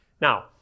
Now